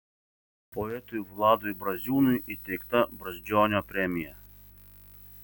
poetui vladui braziūnui įteikta brazdžionio premija